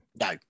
No